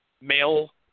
male